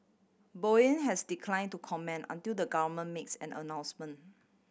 Boeing has declined to comment until the government makes an announcement